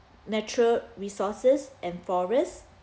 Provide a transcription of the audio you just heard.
natural resources and forests